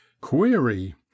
Query